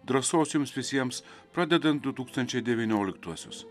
drąsos jums visiems pradedant du tūkstančiai devynioliktuosius